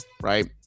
right